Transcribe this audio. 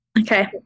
Okay